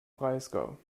breisgau